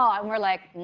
i mean we're like, no,